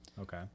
Okay